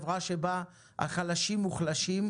חברה שבה החלשים מוחלשים,